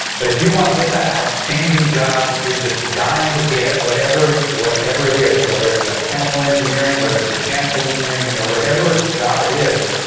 but if you want to get that outstanding job that you're just dying to get. whatever whatever it is, whether it's a chemical engineering, whether it's mechanical engineering, you know whatever job it is,